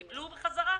קיבלו חזרה,